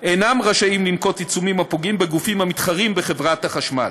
אינם רשאים לנקוט עיצומים הפוגעים בגופים המתחרים בחברת החשמל.